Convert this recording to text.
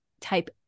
type